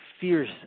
fierce